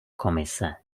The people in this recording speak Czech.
komise